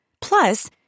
Plus